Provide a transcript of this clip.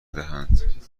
دهند